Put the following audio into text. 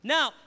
Now